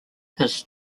his